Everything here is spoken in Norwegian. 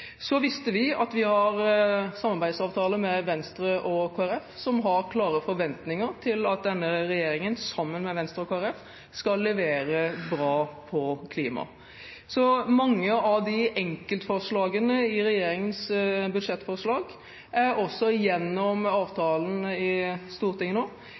Så visste vi at vi hadde samarbeidsavtaler med Venstre og Kristelig Folkeparti, som har klare forventninger til at denne regjeringen sammen med dem skal levere bra på klima, og mange av enkeltforslagene i regjeringens budsjettforslag er også gjennom avtalen i Stortinget nå